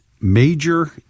major